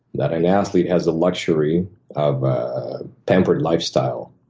that an athlete has the luxury of a pampered lifestyle,